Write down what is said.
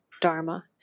dharma